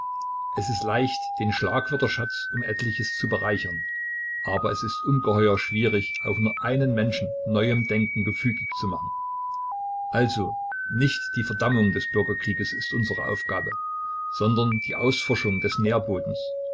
es ist leicht den schlagwörterschatz um etliches zu bereichern aber es ist ungeheuer schwierig auch nur einen menschen neuem denken gefügig zu machen also nicht die verdammung des bürgerkrieges ist unsere aufgabe sondern die ausforschung des nährbodens